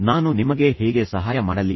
ನಾನು ನಿಮಗೆ ಹೇಗೆ ಸಹಾಯ ಮಾಡಲಿ